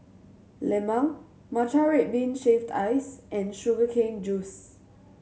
lemang matcha red bean shaved ice and sugar cane juice